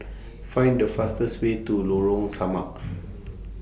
Find The fastest Way to Lorong Samak